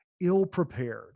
ill-prepared